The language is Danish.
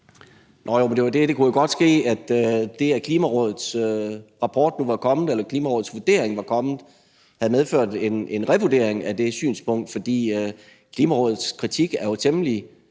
det kunne jo godt ske, at det, at Klimarådets rapport eller vurdering nu var kommet, havde medført en revurdering af det synspunkt. For Klimarådets kritik er jo